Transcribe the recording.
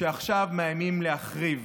שעכשיו מאיימים להחריב,